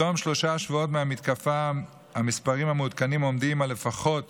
בתום שלושה שבועות מהמתקפה המספרים המעודכנים עומדים על לפחות